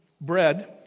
bread